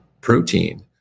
protein